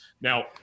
Now